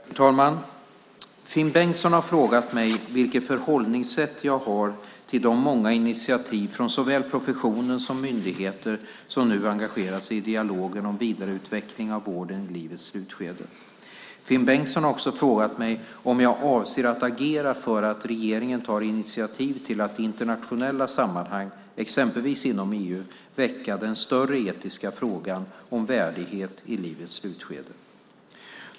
Fru talman! Finn Bengtsson har frågat mig vilket förhållningssätt jag har till de många initiativ från såväl professionen som myndigheter som nu engagerar sig i dialogen om vidareutvecklingen av vården i livets slutskede. Finn Bengtsson har också frågat mig om jag avser att agera för att regeringen tar initiativ till att i internationella sammanhang, exempelvis inom EU, väcka den större etiska frågan om värdighet i livets slutskede.